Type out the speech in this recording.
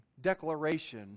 declaration